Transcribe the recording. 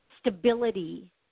stability